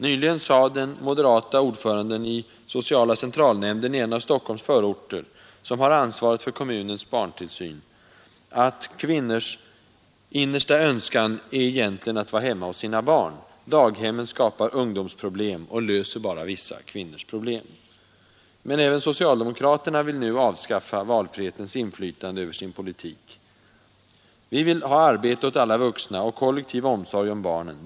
Nyligen sade den moderate ordföranden i sociala centralnämnden i en av Stockholms förorter, som har ansvaret för kommunens barntillsyn, att ”kvinnors innersta önskan är egentligen att vara hemma hos sina barn. Daghemmen skapar ungdomsproblem och löser bara vissa kvinnors problem.” Men även socialdemokraterna vill nu avskaffa valfrihetens inflytande över sin politik. ”Vi vill ha arbete åt alla vuxna och kollektiv omsorg om barnen.